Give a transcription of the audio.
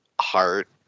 heart